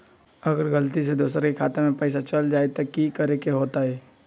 अगर गलती से दोसर के खाता में पैसा चल जताय त की करे के होतय?